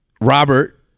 Robert